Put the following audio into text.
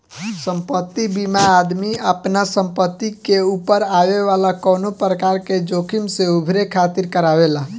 संपत्ति बीमा आदमी आपना संपत्ति के ऊपर आवे वाला कवनो प्रकार के जोखिम से उभरे खातिर करावेला